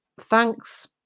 thanks